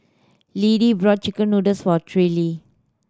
Liddie bought chicken noodles for Terrill